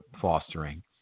fostering